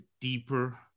deeper